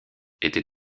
était